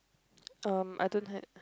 um I don't have